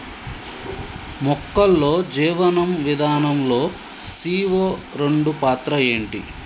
మొక్కల్లో జీవనం విధానం లో సీ.ఓ రెండు పాత్ర ఏంటి?